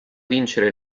vincere